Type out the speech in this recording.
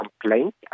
complaint